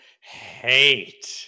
hate